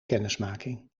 kennismaking